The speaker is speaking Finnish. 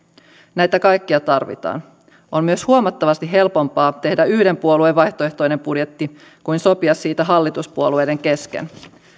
näitä kaikkia tarvitaan on myös huomattavasti helpompaa tehdä yhden puolueen vaihtoehtoinen budjetti kuin sopia siitä hallituspuolueiden kesken